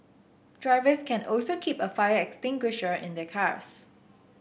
drivers can also keep a fire extinguisher in their cars